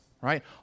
right